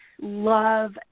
love